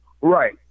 Right